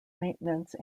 maintenance